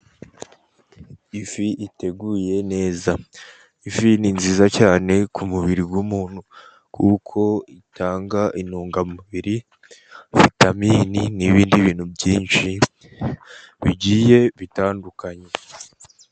Ifi iteguye neza. Ifi ni nziza cyane ku mubiri w'umuntu kuko itanga intungamubiri, vitamini n'ibindi bintu byinshi bigiye bitandukanye.